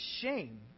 shame